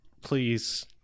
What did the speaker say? please